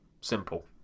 Simple